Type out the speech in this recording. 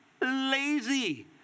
lazy